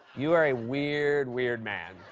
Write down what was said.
you are a weird, weird man.